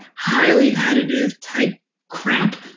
highly additive type crap?